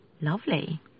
lovely